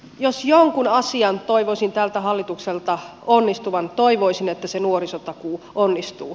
jos jonkun asian toivoisin tältä hallitukselta onnistuvan toivoisin että se nuorisotakuu onnistuu